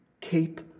keep